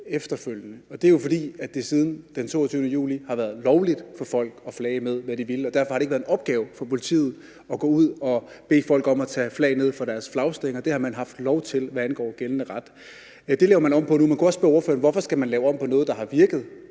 det siden den 22. juli har været lovligt for folk at flage med, hvad de ville, og derfor har det ikke været en opgave for politiet at gå ud og bede folk om at tage flag ned fra deres flagstænger. Det har man haft lov til, hvad angår gældende ret. Det laver man om på nu. Man kunne også spørge ordføreren om, hvorfor man skal lave om på noget, der har virket.